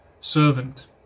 servant